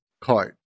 card